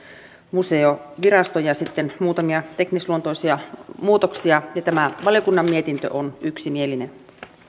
museovirasto ja sitten muutamia teknisluontoisia muutoksia tämä valiokunnan mietintö on yksimielinen